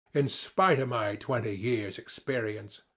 in spite of my twenty years' experience.